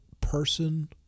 person